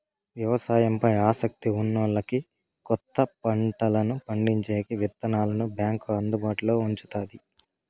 వ్యవసాయం పై ఆసక్తి ఉన్నోల్లకి కొత్త పంటలను పండించేకి విత్తనాలను బ్యాంకు అందుబాటులో ఉంచుతాది